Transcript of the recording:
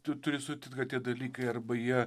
tu turi sutikt kad tie dalykai arba jie